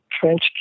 French